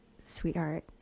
sweetheart